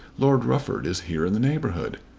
lord rufford is here in the neighbourhood.